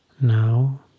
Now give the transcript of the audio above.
Now